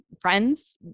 friends